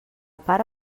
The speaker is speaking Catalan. pare